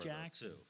Jackson